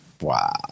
Wow